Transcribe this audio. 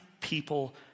people